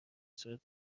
صورت